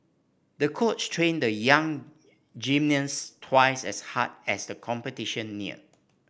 the coach trained the young gymnast twice as hard as the competition near